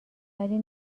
ولی